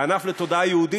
הענף לתודעה יהודית,